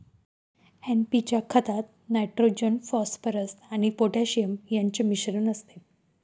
NP P खतात nitrogen, phosphorus आणि potassium यांचे मिश्रण असते